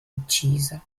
uccisa